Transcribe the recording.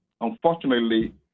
Unfortunately